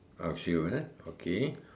oh shoe eh okay